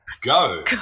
go